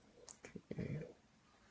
okay